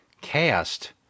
cast